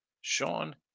Sean